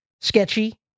sketchy